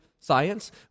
science